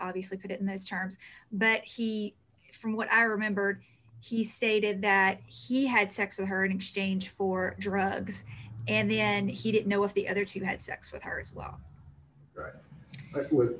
obviously put it in those terms but he from what i remembered he stated that he had sex with her and exchange for drugs and the and he didn't know if the other two had sex with her as well but w